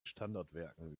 standardwerken